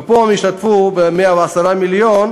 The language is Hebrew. בפועל השתתפו ב-110 מיליון,